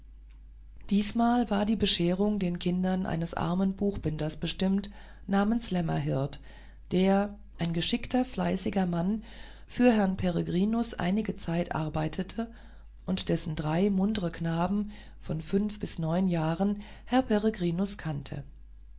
diesmal war die bescherung den kindern eines armen buchbinders bestimmt namens lämmerhirt der ein geschickter fleißiger mann für herrn peregrinus seit einiger zeit arbeitete und dessen drei muntre knaben von fünf bis neun jahren herr peregrinus kannte